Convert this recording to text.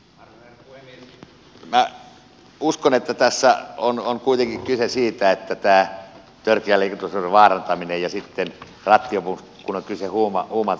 minä uskon että tässä on kuitenkin kyse siitä että täällä kierteli turvana hän vei esitteli raq joku näkisi huuma ovat